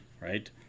Right